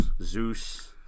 Zeus